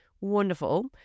wonderful